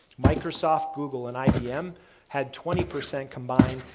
microsoft, google, and ibm had twenty percent combined,